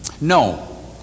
no